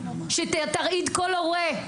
שתרעיד כל הורה,